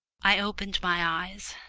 i opened my eyes.